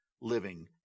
living